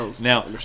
Now